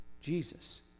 Jesus